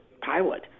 pilot